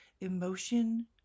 emotion